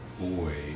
boy